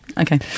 Okay